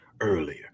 earlier